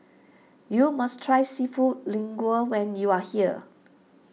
you must try Seafood Linguine when you are here